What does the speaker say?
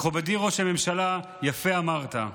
מכובדי ראש הממשלה, יפה אמרת.